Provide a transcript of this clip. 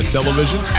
Television